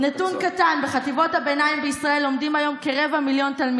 לא, לא, לא, את כבר נמצאת הרבה מעבר לדקה.